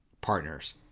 partners